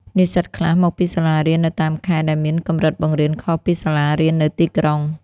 និស្សិតខ្លះមកពីសាលារៀននៅតាមខេត្ត ដែលមានកម្រិតបង្រៀនខុសពីសាលារៀននៅទីក្រុង។